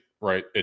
Right